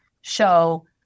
show